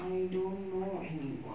I don't know anyone